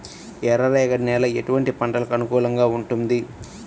ఎర్ర రేగడి నేల ఎటువంటి పంటలకు అనుకూలంగా ఉంటుంది?